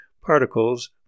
particles